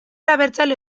abertzale